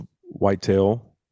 Whitetail